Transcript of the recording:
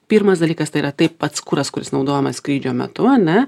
pirmas dalykas tai yra tai pats kuras kuris naudojamas skrydžio metu ane